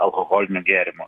alkoholinių gėrimų